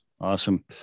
awesome